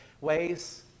ways